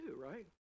right